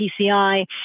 PCI